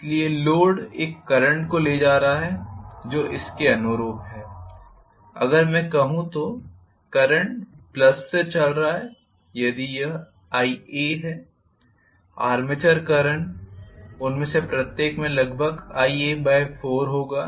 इसलिए लोड एक करंट को ले जा रहा है जो इसके अनुरूप है अगर मैं कहूं तो करंट प्लस से चल रहा है यदि यह Ia है आर्मेचर करंट उनमें से प्रत्येक में लगभग Ia4 होगा